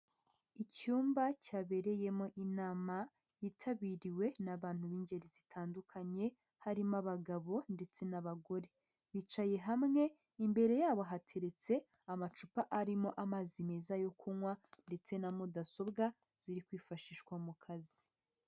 Icyumba cyabereyemo inama yitabiriwe n' abantu b'ingeri zitandukanye, harimo abagabo ndetse n'abagore bicaye hamwe imbere yabo hateretse amacupa arimo amazi meza yo kunywa ndetse na mudasobwa ziri kwifashishwa mu kazi.